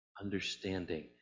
understanding